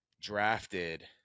drafted